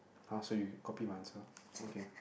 !huh! so you copy my answer okay